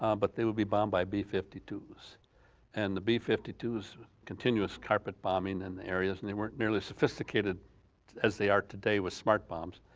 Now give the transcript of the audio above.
um but they would be bombed by b fifty two s and the b fifty two s continuous carpet bombing in and the areas and they weren't nearly as sophisticated as they are today with smart bombs,